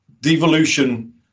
devolution